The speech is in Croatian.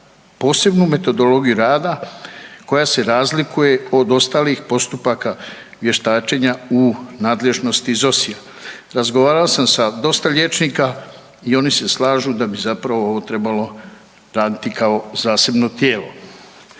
posebnu metodologiju rada koja se razlikuje od ostalih postupaka vještačenja u nadležnosti ZOSI-a. Razgovarao sam sa dosta liječnika i oni se slažu da bi ovo zapravo trebalo raditi kao zasebno tijelo.